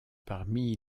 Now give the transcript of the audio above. parmi